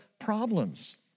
problems